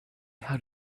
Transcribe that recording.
how